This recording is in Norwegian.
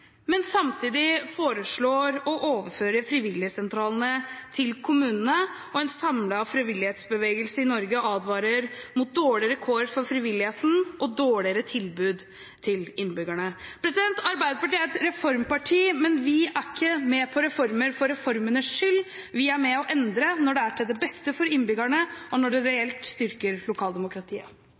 men samtidig foreslår å overføre frivilligsentralene til kommunene. En samlet frivillighetsbevegelse i Norge advarer mot dårligere kår for frivilligheten og dårligere tilbud til innbyggerne. Arbeiderpartiet er et reformparti, men vi er ikke med på reformer for reformenes skyld. Vi er med og endrer når det er til det beste for innbyggerne, og når det reelt styrker lokaldemokratiet.